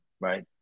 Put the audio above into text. right